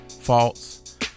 false